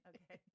Okay